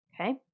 Okay